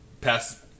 pass